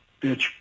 bitch